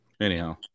Anyhow